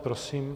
Prosím.